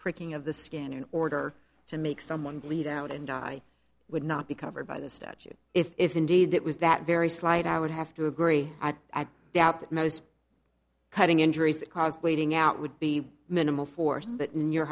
pricking of the skin in order to make someone bleed out and die would not be covered by the statute if indeed it was that very slight i would have to agree i doubt that most cutting injuries that cause bleeding out would be minimal force but in your